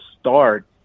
start